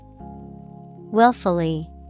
Willfully